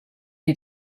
die